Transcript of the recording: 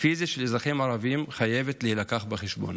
הפיזי של אזרחים ערבים, שחייבת להילקח בחשבון,